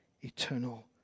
eternal